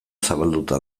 zabalduta